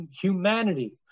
humanity